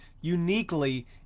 uniquely